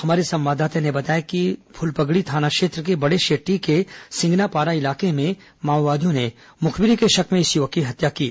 हमारे संवाददाता ने बताया कि फुलपगड़ी थाना क्षेत्र के बड़ेशेट्टी के सिंगनपारा इलाके में माआवादियों ने मुखबिरी के शक में युवक की हत्या कर दी